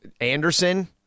Anderson